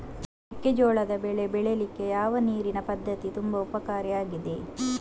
ಮೆಕ್ಕೆಜೋಳದ ಬೆಳೆ ಬೆಳೀಲಿಕ್ಕೆ ಯಾವ ನೀರಿನ ಪದ್ಧತಿ ತುಂಬಾ ಉಪಕಾರಿ ಆಗಿದೆ?